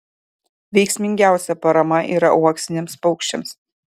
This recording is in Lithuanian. veiksmingiausia parama yra uoksiniams paukščiams